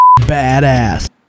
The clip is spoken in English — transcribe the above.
badass